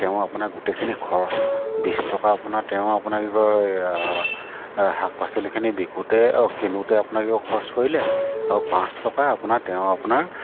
তেওঁ আপোনাৰ গোটেইখিনি খৰচ বিছ টকা আপোনাৰ তেওঁ আপোনাৰ কি কয় শাক পাচলিখিনি বিকোঁতে অ' কিনোতে আপোনাৰ কি কয় খৰচ কৰিলে আৰু পাঁচ টকা আপোনাৰ তেওঁ আপোনাৰ